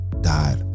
Died